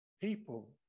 people